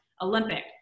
Olympic